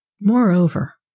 Moreover